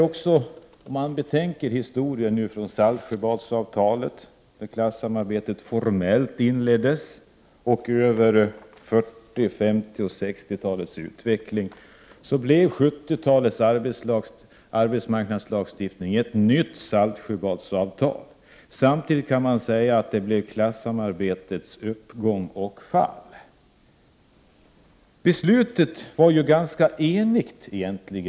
Om man betänker historien alltsedan Saltsjöbadsavtalet, då klassamarbetet formellt inleddes, över 40-, 50 och 60-talets utveckling, blev 70-talets arbetsmarknadslagstiftning ett nytt Saltsjöbadsavtal. Samtidigt kan man säga att det blev klassamarbetets uppgång och fall. Beslutet om medbestämmandelagen var ju ganska enhälligt.